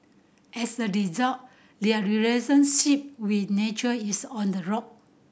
as a result their relationship with nature is on the rock